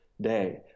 day